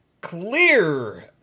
clear